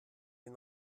den